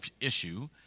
issue